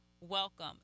welcome